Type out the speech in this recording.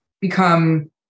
become